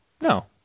No